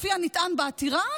לפי הנטען בעתירה,